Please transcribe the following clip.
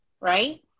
right